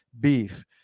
beef